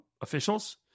officials